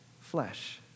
flesh